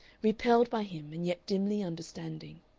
repelled by him and yet dimly understanding.